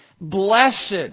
Blessed